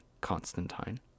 Constantine